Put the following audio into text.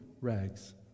rags